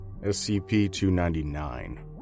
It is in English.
SCP-299